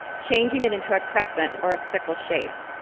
changing it into a crescent or a sickle shape.